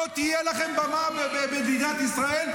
לא תהיה לכם במה במדינת ישראל,